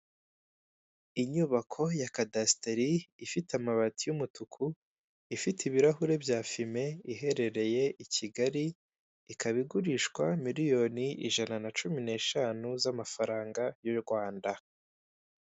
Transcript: Inyubako ya kadesiteri ifite amabati y'umutuku ifite ibirahuri bya fime iherereye i Kigali ikaba igurishwa miliyoni ijana na cumi n'eshanu z'amafaranga y' u Rwanda.